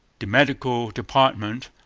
the medical department,